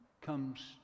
comes